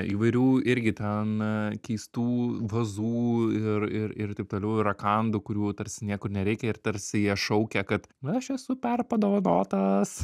įvairių irgi ten keistų vazų ir ir ir taip toliau ir rakandų kurių tarsi niekur nereikia ir tarsi jie šaukia kad aš esu perpadovanotas